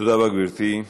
תודה רבה, גברתי.